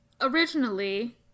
originally